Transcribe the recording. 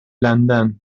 لندن